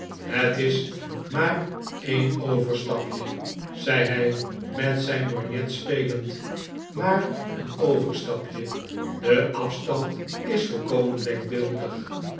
het is maar een overstapje zei hij met zijn lorgnet spelend maar een overstapje de afstand is volkomen denkbeeldig